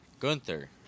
gunther